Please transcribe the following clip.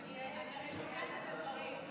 היא, ומתייעצת ביחס לדברים.